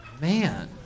Man